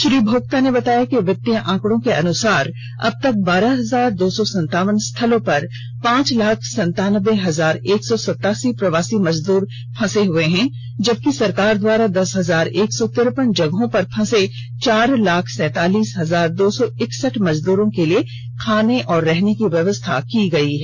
श्री भोगता ने बताया कि विभागीय आंकड़ों के अनुसार अब तक बारह हजार दो सौ सतावन स्थलों पर पांच लाख सतानबे हजार एक सौ सतासी प्रवासी मजदूर फंसे हुए हैं जबकि सरकार द्वारा दस हजार एक सौ तिरेपन जगहों पर फंसे चार लाख सैंतालीस हजार दो सौ इकसठ मजदूरों के लिए खाने और रहने की व्यवस्था की गयी है